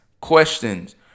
questions